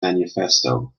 manifesto